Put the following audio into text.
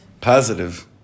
Positive